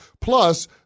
Plus